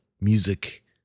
music